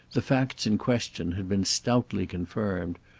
the facts in question had been stoutly confirmed,